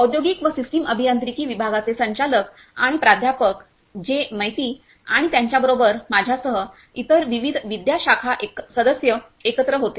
औद्योगिक व सिस्टम अभियांत्रिकी विभागाचे संचालक आणि प्राध्यापक जे मैती आणि त्याच्याबरोबर माझ्यासह इतर विविध विद्या शाखा सदस्य एकत्र होते